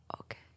Okay